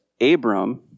Abram